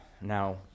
Now